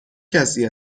کسی